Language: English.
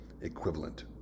equivalent